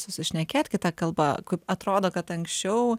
susišnekėt kita kalba kaip atrodo kad anksčiau